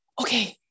okay